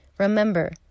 Remember